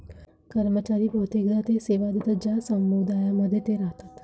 कर्मचारी बहुतेकदा ते सेवा देतात ज्या समुदायांमध्ये ते राहतात